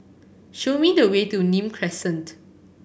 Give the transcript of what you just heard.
show me the way to Nim Crescent